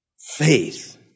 faith